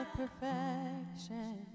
perfection